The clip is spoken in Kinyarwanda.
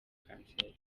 kanseri